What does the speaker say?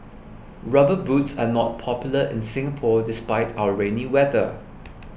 rubber boots are not popular in Singapore despite our rainy weather